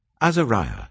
Azariah